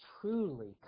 truly